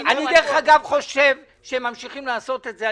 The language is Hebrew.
אני חושב, שהם ממשיכים לעשות את זה.